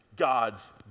God's